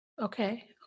okay